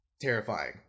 terrifying